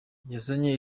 yazanye